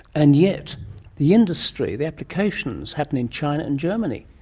and yet the industry, the applications happen in china and germany.